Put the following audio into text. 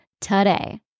today